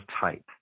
type